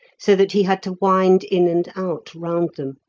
so that he had to wind in and out round them.